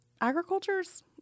agriculture's